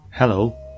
Hello